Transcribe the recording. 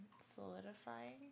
solidifying